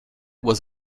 was